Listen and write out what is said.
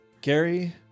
Gary